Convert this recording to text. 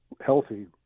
healthy